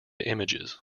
images